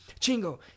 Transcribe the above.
Chingo